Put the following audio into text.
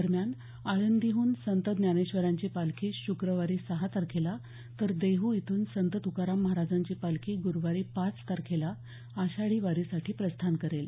दरम्यान आळंदीहून संत ज्ञानेश्वरांची पालखी शुक्रवारी सहा तारखेला तर देहू इथून संत तुकाराम महाराजांची पालखी गुरुवारी पाच तारखेला आषाढी वारीसाठी प्रस्थान करेल